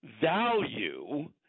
value